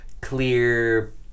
clear